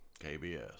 KBS